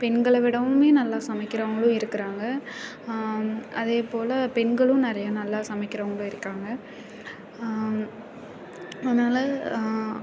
பெண்களை விடவும் நல்லா சமைக்கிறவங்களும் இருக்கிறாங்க அதேபோல் பெண்களும் நிறையா நல்லா சமைக்கிறவங்களும் இருக்காங்க அதனால